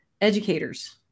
educators